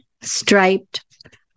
striped